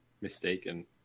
mistaken